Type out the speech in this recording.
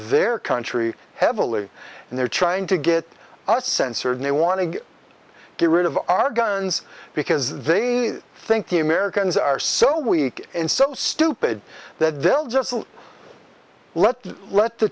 their country heavily and they're trying to get us censored they want to get rid of our guns because they think the americans are so weak and so stupid that they'll just let let the